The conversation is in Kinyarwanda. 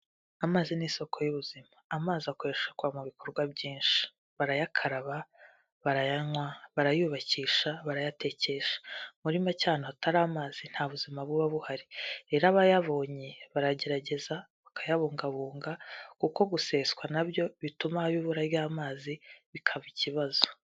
Amazi n'isoko y'ubuzima, amazi akorekwa mu bikorwa byinshi: barayakaraba, barayanywa, barayubakisha, barayatekesha, muri make ahantu hatari amazi nta buzima buba buhari, rero abayabonye baragerageza bakayabungabunga kuko guseswa na byo bituma haba ibura ry'amazi bikaba ikibazo.